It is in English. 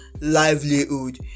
livelihood